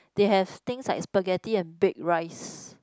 they have things like spaghetti and Baked Rice